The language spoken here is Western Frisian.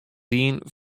dien